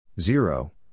Zero